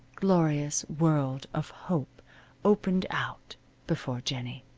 glorious world of hope opened out before jennie.